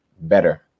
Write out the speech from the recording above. better